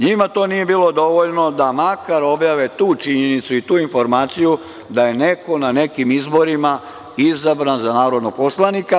Njima to nije bilo dovoljno, da makar objave tu činjenicu i tu informaciju, da je neko na nekim izborima izabran za narodnog poslanika.